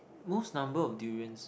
most number of durians